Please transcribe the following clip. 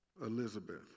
Elizabeth